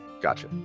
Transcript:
gotcha